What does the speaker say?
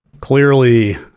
Clearly